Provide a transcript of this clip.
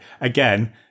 Again